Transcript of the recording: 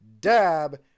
dab